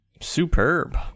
superb